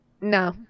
No